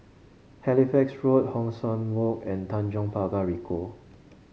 Halifax Road Hong San Walk and Tanjong Pagar Ricoh